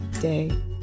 day